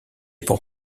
pour